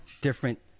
different